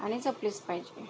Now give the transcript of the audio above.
आणि जपलीच पाहिजे